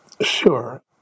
Sure